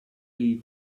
dei